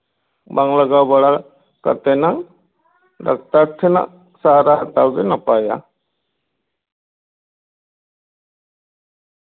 ᱵᱟᱝ ᱞᱟᱜᱟᱣ ᱵᱟᱲᱟ ᱠᱟᱛᱮ ᱱᱟᱝ ᱰᱟᱠᱛᱟᱨ ᱴᱷᱮᱱᱟᱜ ᱥᱟᱦᱟᱨᱟ ᱦᱟᱛᱟᱣ ᱜᱮ ᱱᱟᱯᱟᱭᱟ